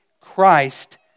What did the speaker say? Christ